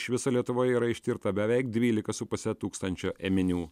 iš viso lietuvoje yra ištirta beveik dvylika su puse tūkstančio ėminių